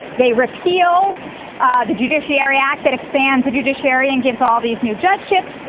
they repeal the judiciary act that expands the judiciary and gives all these new judgeships.